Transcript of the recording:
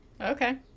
Okay